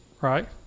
right